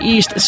East